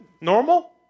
normal